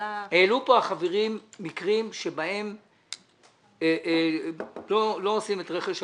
העלו פה החברים מקרים שבהם לא עושים את רכש הגומלין,